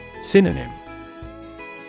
Synonym